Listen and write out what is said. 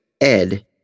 Ed